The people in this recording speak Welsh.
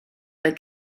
bod